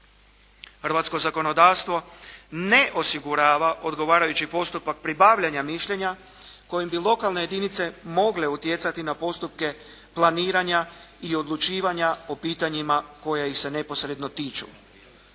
Hrvatsko zakonodavstvo ne osigurava odgovarajući postupak pribavljanja mišljenja kojim bi lokalne jedinice mogle utjecati na postupke planiranja i odlučivanja o pitanjima koja ih se neposredno tiču.